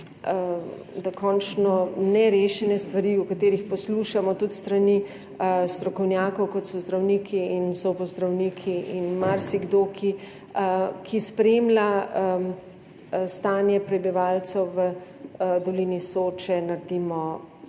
da končno vsaj nerešenim stvarem, o katerih poslušamo tudi s strani strokovnjakov, kot so zdravniki in zobozdravniki in marsikdo, ki spremlja stanje prebivalcev v dolini Soče, naredimo konec.